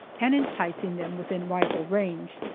and enticing them within rifle range.